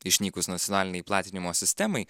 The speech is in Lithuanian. išnykus nacionalinei platinimo sistemai